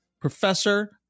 professor